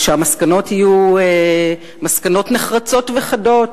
ושהמסקנות תהיינה מסקנות נחרצות וחדות,